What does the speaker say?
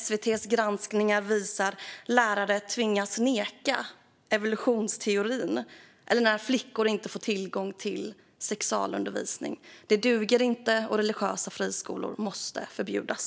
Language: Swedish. SVT:s granskningar visar att lärare tvingas förneka evolutionsteorin och att flickor inte får tillgång till sexualundervisning. Det duger inte. Religiösa friskolor måste förbjudas.